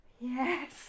Yes